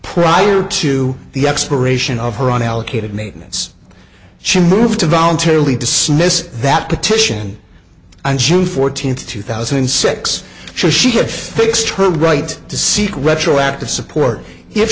prior to the expiration of her own allocated maintenance she moved to voluntarily disarm miss that petition on june fourteenth two thousand and six sure she had fixed term right to seek retroactive support if